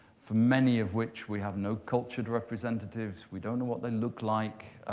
for many of which we have no cultured representatives. we don't know what they look like.